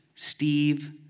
Steve